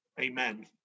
Amen